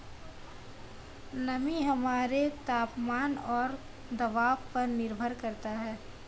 नमी हमारे तापमान और दबाव पर निर्भर करता है